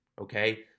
Okay